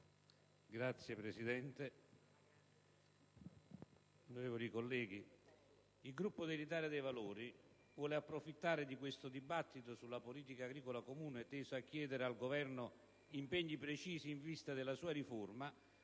colleghi, il Gruppo dell'Italia dei Valori vuole approfittare di questo dibattito sulla politica agricola comune, teso a chiedere al Governo impegni precisi in vista della sua riforma,